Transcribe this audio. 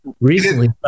recently